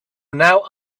now